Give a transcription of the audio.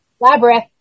Labyrinth